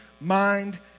mind